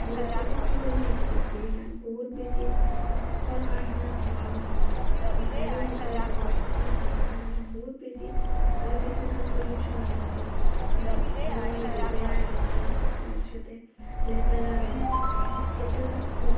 বহুত বেছি সলনি হৈ গেইছি পৃথিৱীখান বহুত বেছি কল কাৰখানাৰ ধোঁৱা হওক বা গাড়ী মটৰ বহুত বেছি হোৱাৰ কাৰণে বহুত বেছি মানে পৃথিৱীখন পলিউশ্যন হৈ গেইছি মানে জলবায়ুটো বেয়া হৈ গেইছি তাৰপিছতে লেতেৰা হৈ গেইছি সেইটো এটা বহুত